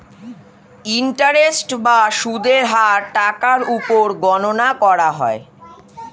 interest বা সুদের হার টাকার উপর গণনা করা হয়